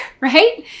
right